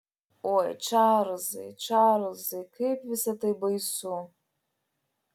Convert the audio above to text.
oi čarlzai čarlzai kaip visa tai baisu